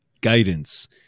guidance